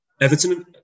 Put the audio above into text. Everton